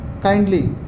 kindly